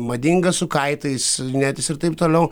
madinga su kaitais slidinėtis ir taip toliau